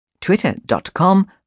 twitter.com